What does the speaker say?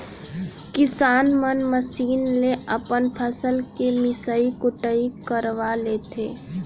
किसान मन मसीन ले अपन फसल के मिसई कुटई करवा लेथें